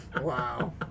Wow